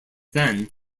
then